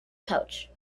pouch